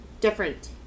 different